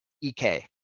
ek